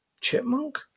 chipmunk